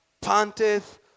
panteth